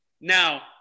Now